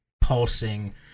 pulsing